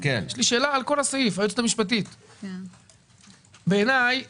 היועצת המשפטית, בעיניי